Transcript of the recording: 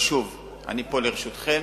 שוב, אני פה לרשותכם,